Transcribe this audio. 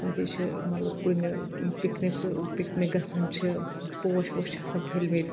بیٚیہِ چھِ مطلب کُنہِ پِکنِک سُہ پِکنِک گژھان چھِ پوش ووش چھِ آسان پھٔلۍ مٕتۍ